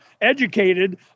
educated